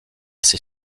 ses